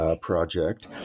project